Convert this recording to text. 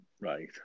Right